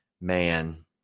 Man